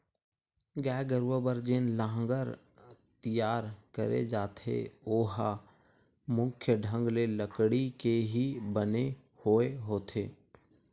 गाय गरुवा बर जेन लांहगर तियार करे जाथे ओहा मुख्य ढंग ले लकड़ी के ही बने होय होथे